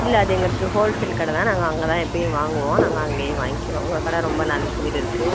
இல்லை அது எங்களுக்கு ஹோல்சேல் கடை தான் நாங்கள் அங்க தான் எப்போயும் வாங்குவோம் நாங்கள் அங்கையே வாங்கிக்கிறோம் உங்கள் கடை ரொம்ப நல்ல பேர் இருக்கு